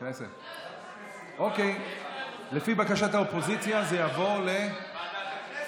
שהיא הוועדה המוסמכת לדון בחוק הזה.